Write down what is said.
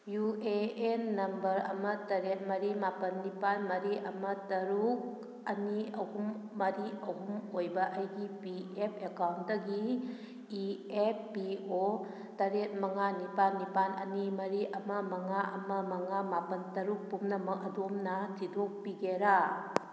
U A N number ꯑꯃ ꯇꯔꯦꯠ ꯃꯔꯤ ꯃꯥꯄꯜ ꯅꯤꯄꯥꯜ ꯃꯔꯤ ꯑꯃ ꯇꯔꯨꯛ ꯑꯅꯤ ꯑꯍꯨꯝ ꯃꯔꯤ ꯑꯍꯨꯝ ꯑꯣꯏꯕ ꯑꯩꯒꯤ ꯄꯤ ꯑꯦꯐ ꯑꯦꯀꯥꯎꯟꯇꯒꯤ ꯏ ꯑꯦꯐ ꯄꯤ ꯑꯣ ꯇꯔꯦꯠ ꯃꯉꯥ ꯅꯤꯄꯥꯜ ꯅꯤꯄꯥꯜ ꯑꯅꯤ ꯃꯔꯤ ꯑꯃ ꯃꯉꯥ ꯑꯃ ꯃꯉꯥ ꯃꯥꯄꯜ ꯇꯔꯨꯛ ꯄꯨꯝꯅꯃꯛ ꯑꯗꯣꯝꯅ ꯊꯤꯗꯣꯛꯄꯤꯒꯦꯔꯥ